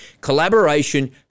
Collaboration